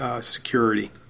security